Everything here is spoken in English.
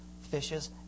fishes